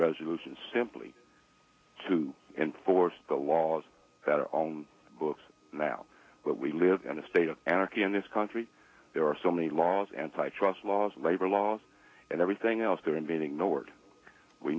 resolution simply to enforce the laws that are on the books now but we live in a state of anarchy in this country there are so many laws antitrust laws labor laws and everything else they're invading north we